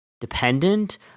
dependent